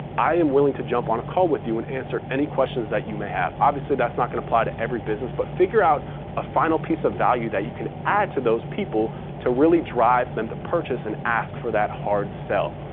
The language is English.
i am willing to jump on a call with you and answer any questions that you may have. obviously, that's not going to apply to every business. but figure out a final piece of value that you can add to those people to really drive them to purchase and ask for that hard sell.